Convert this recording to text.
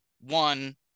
one